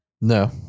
No